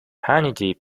hannity